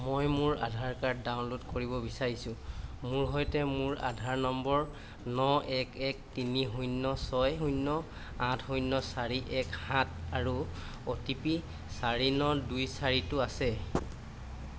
মই মোৰ Aadhaar card download কৰিব বিচাৰিছোঁ মোৰ সৈতে মোৰ আধাৰ নম্বৰ ন এক এক তিনি শূন্য ছয় শূন্য আঠ শূন্য চাৰি এক সাত আৰু অ' টি পি চাৰি ন দুই চাৰিটো আছে